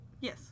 Yes